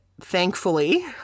thankfully